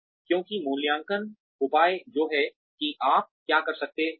क्योंकि मूल्यांकन मूल्यांकन उपाय जो है कि आप क्या कर सकते थे